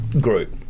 group